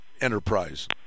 enterprise